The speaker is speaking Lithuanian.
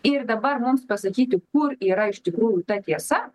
ir dabar mums pasakyti kur yra iš tikrųjų ta tiesa